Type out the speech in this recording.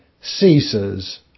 ceases